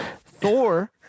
thor